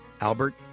Albert